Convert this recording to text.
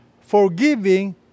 forgiving